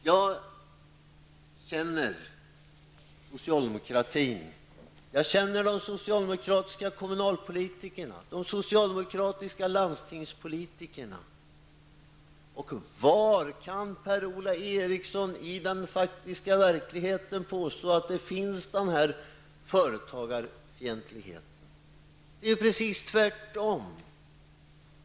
Jag känner socialdemokratin. Jag känner de socialdemokratiska kommunalpolitikerna och de socialdemokratiska landstingspolitikerna. Var i den faktiska verkligheten kan Per-Ola Eriksson påstå att den företagarfientlighet som Per-Ola Eriksson talar om finns? Det är precis tvärtom.